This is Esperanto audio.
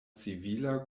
civila